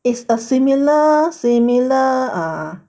is a similar similar uh